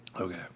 Okay